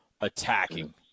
attacking